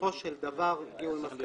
בסופו של דבר הגיע למסקנה....